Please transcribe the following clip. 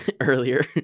earlier